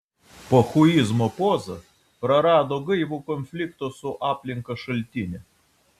pochuizmo poza prarado gaivų konflikto su aplinka šaltinį